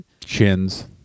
chins